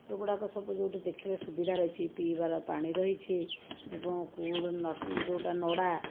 ଏଗୁଡ଼ାକ ସବୁ ଯେଉଁଠି ଦେଖିବେ ସୁବିଧା ରହିଛି ପିଇବାର ପାଣି ରହିଛି ଏବଂ ଯେଉଁଟା ନଡ଼ା